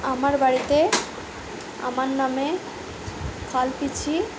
আমার বাড়িতে আমার নামে এ লপি জি